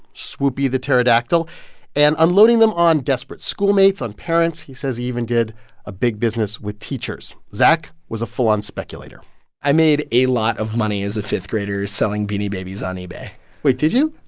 swoop the pterodactyl and unloading them on desperate schoolmates, on parents. he says he even did a big business with teachers. zac was a full-on speculator i made a lot of money as a fifth grader selling beanie babies on ebay wait did you?